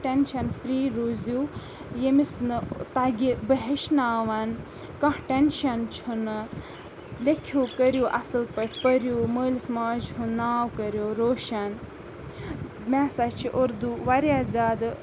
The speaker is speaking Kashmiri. ٹٮ۪نشَن فرٛی روٗزِو ییٚمِس نہٕ تَگہِ بہٕ ہیٚچھناوَن کانٛہہ ٹٮ۪نشَن چھُنہٕ لیٚکھِو کٔرِو اَصٕل پٲٹھۍ پٔرِو مٲلِس ماجہِ ہُنٛد ناو کٔرِو روشَن مےٚ ہَسا چھِ اُردو واریاہ زیادٕ